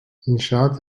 i̇nşaat